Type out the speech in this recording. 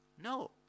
No